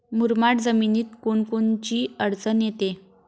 मुरमाड जमीनीत कोनकोनची अडचन येते?